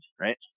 right